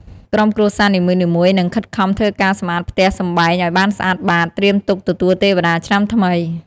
ក្រុមគ្រួសារនីមួយៗនឹង ខិតខំធ្វើការសម្អាតផ្ទះសម្បែងឲ្យបានស្អាតបាត ត្រៀមទុកទទួលទេវតាឆ្នាំថ្មី។